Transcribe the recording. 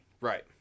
Right